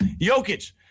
Jokic